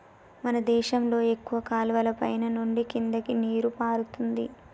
మన దేశంలో ఎక్కువ కాలువలు పైన నుండి కిందకి నీరు పారుతుంది